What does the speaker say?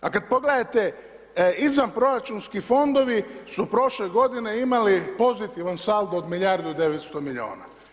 A kada pogledate izvanproračunski fondovi su prošle g. imali pozitivan saldo od milijardu i 900 milijuna.